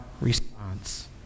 response